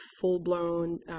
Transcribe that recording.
full-blown